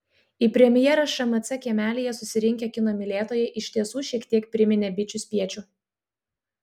į premjerą šmc kiemelyje susirinkę kino mylėtojai iš tiesų šiek tiek priminė bičių spiečių